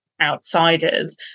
outsiders